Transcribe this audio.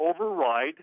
override